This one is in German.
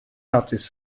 nazis